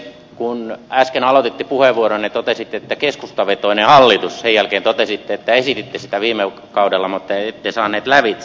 kun äsken aloititte puheenvuoronne totesitte että keskustavetoinen hallitus sen jälkeen totesitte että esititte sitä viime kaudella mutta ette saaneet lävitse